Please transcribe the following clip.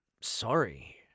Sorry